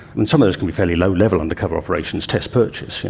and some of those can be fairly low level undercover operations, test purchase, you